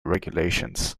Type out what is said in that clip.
regulations